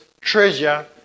treasure